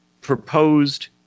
proposed